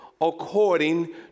according